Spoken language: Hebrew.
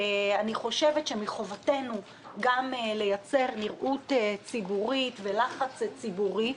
אני חושבת שמחובתנו גם לייצר נראות ציבורית ולחץ ציבורי.